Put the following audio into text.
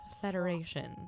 Federation